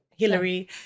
Hillary